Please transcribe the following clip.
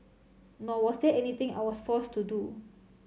nor was there anything I was forced to do